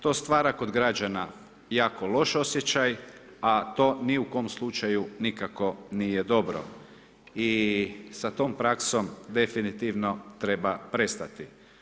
To stvara kod građana jako loši osjećaj a to ni u kom slučaju nikako nije dobro i sa tom praksom definitivno treba prestati.